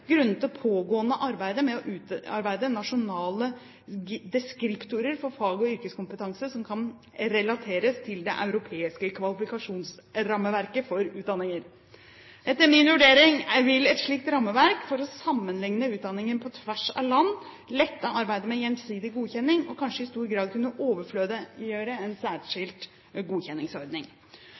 pågående arbeidet med å utarbeide nasjonale deskriptorer for fag- og yrkeskompetanse som kan relateres til det europeiske kvalifikasjonsrammeverket for utdanninger. Etter min vurdering vil et slikt rammeverk for å sammenligne utdanninger på tvers av land lette arbeidet med gjensidig godkjenning og kanskje i stor grad kunne overflødiggjøre en særskilt godkjenningsordning.